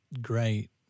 great